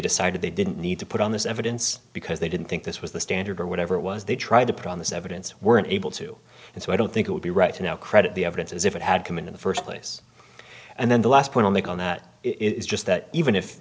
decided they didn't need to put on this evidence because they didn't think this was the standard or whatever it was they tried to put on this evidence weren't able to and so i don't think it would be right to now credit the evidence as if it had come in in the first place and then the last point i'll make on that is just that even if